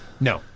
No